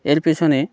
এর পেছনে